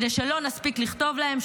כדי שלא נספיק לכתוב להם,